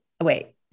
wait